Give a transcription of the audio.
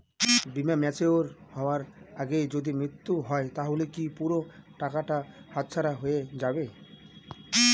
বীমা ম্যাচিওর হয়ার আগেই যদি মৃত্যু হয় তাহলে কি পুরো টাকাটা হাতছাড়া হয়ে যাবে?